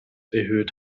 erhöht